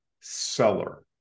seller